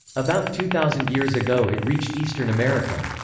about two thousand years ago it reached eastern america.